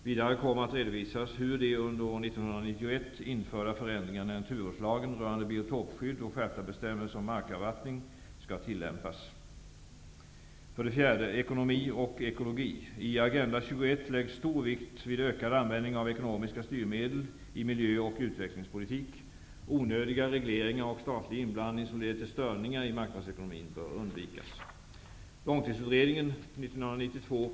Vidare kommer det att redovisas hur de under år 1991 införda förändringarna i naturvårdslagen rörande biotopskydd och skärpta bestämmelser om markavvattning skall tillämpas. För det fjärde: Ekonomi och ekologi. I Agenda 21 läggs stor vikt vid ökad användning av ekonomiska styrmedel i miljö och utvecklingspolitik. Onödiga regleringar och statlig inblanding, som leder till störningar i marknadsekonomin bör undvikas.